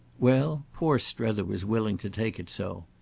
well, poor strether was willing to take it so.